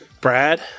Brad